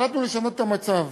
עקב זה החלטנו לשנות את המצב,